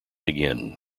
again